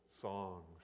songs